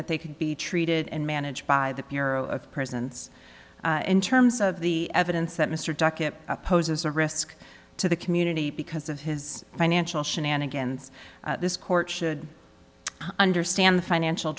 that they could be treated and managed by the bureau of prisons in terms of the evidence that mr duckett poses a risk to the community because of his financial shenanigans this court should understand the financial